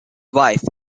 wife